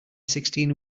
sixteen